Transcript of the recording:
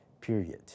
period